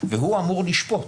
והוא אמור לשפוט.